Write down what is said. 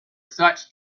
such